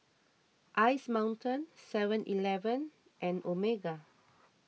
Ice Mountain Seven Eleven and Omega